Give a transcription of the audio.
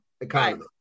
economy